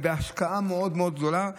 בהשקעה מאוד מאוד גדולה.